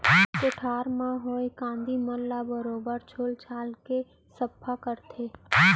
कोठार म होए कांदी मन ल बरोबर छोल छाल के सफ्फा करथे